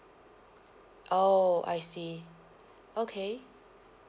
oh I see okay